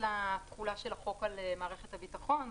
לתחולה של החוק על מערכת הביטחון.